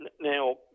Now